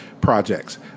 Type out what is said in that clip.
projects